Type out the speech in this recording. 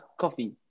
coffee